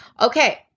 Okay